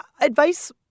advice